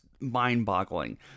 Mind-boggling